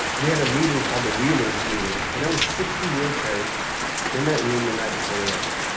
we had a meeting called the wheelers meeting, and there were sixty wheelchairs in that room the night before the race.